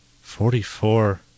Forty-four